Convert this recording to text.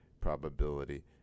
probability